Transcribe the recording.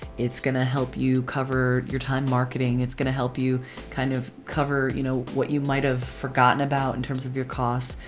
it's gonna help you cover your time marketing, it's gonna help you kind of cover you know what you might have forgotten about in terms of your cost.